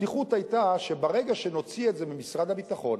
הפתיחות היתה שברגע שנוציא את זה ממשרד הביטחון,